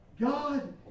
God